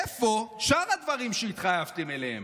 איפה שאר הדברים שהתחייבתם אליהם?